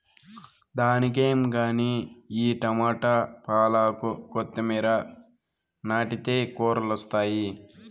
దానికేం గానీ ఈ టమోట, పాలాకు, కొత్తిమీర నాటితే కూరలొస్తాయి